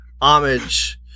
homage